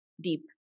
deep